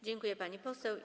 Dziękuję, pani poseł.